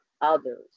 others